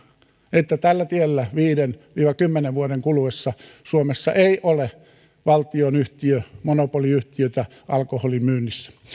että tällä tiellä viiden viiva kymmenen vuoden kuluessa suomessa ei ole valtionyhtiötä monopoliyhtiötä alkoholin myynnissä